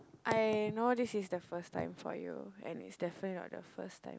I know this is the first time for you and it's definitely not the first time